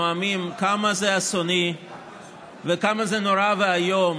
נואמים כמה זה אסוני וכמה זה נורא ואיום